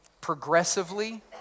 progressively